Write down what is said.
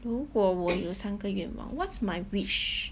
如果我有三个愿望 what's my wish